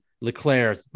Leclerc